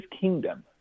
kingdom